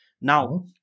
Now